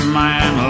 man